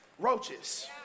Roaches